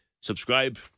subscribe